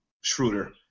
Schroeder